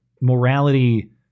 morality